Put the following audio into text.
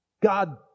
God